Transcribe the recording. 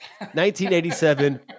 1987